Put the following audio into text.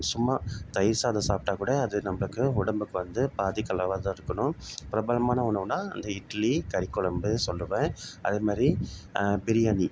சும்மா தயிர் சாதம் சாப்பிட்டா கூட அது நம்மளுக்கு உடம்புக்கு வந்து பாதிக்களவா தான் இருக்கணும் பிரபலமான உணவுன்னால் அந்த இட்லி கறிக்கொழம்பு சொல்லுவேன் அதே மாதிரி பிரியாணி